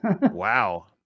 Wow